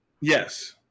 Yes